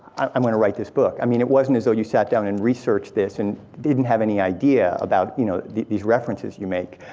i'm going to write this book. i mean, it wasn't as though you sat down and researched this and didn't have any idea about you know these references you make.